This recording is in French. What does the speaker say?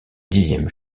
dixième